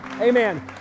Amen